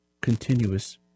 continuous